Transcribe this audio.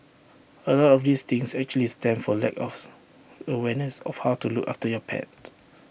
A lot of these things actually stem from lack of awareness of how to look after your pet